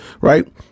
right